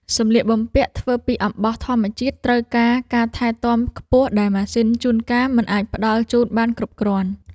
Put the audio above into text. សម្លៀកបំពាក់ធ្វើពីអំបោះធម្មជាតិត្រូវការការថែទាំខ្ពស់ដែលម៉ាស៊ីនជួនកាលមិនអាចផ្តល់ជូនបានគ្រប់គ្រាន់។